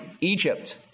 Egypt